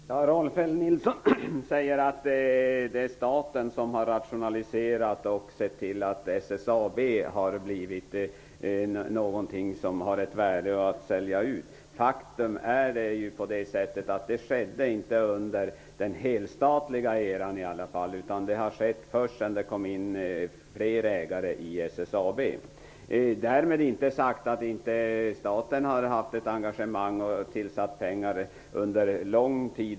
Herr talman! Rolf L Nilson säger att staten har rationaliserat och sett till att SSAB har blivit någonting som är av värde att sälja ut. Faktum är att det inte skedde under den helstatliga eran, utan det har skett först sedan det kom in flera ägare i SSAB. Därmed inte sagt att inte staten haft ett engagemang och tillsatt pengar under lång tid.